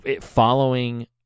following